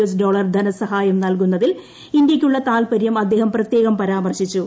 S dollar ധനസഹായം നൽകുന്നതിൽ ഇന്ത്യയ്ക്കുള്ള താത്പര്യം അദ്ദേഹം പ്രത്യേകം പരാമർശിച്ചു